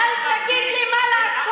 אל תגיד לי מה לעשות.